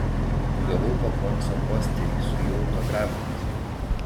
gavau po konco posterį su jų autografais